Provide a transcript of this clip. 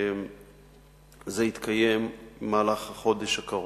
זה יתקיים במהלך החודש הקרוב.